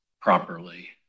properly